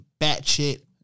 batshit